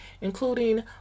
including